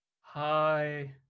Hi